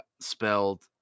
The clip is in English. spelled